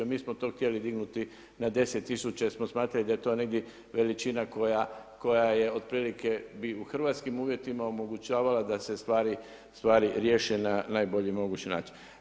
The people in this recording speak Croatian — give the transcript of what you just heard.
Mi smo to htjeli dignuti na 10000 jer smo smatrali da je to negdje veličina koja bi otprilike u hrvatskim uvjetima omogućavala da se stvari riješe na najbolji mogući način.